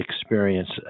experience